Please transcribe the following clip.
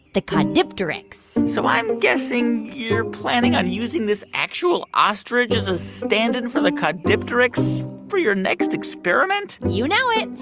the caudipteryx so i'm guessing you're planning on using this actual ostrich as a stand-in for the caudipteryx for your next experiment? you know it.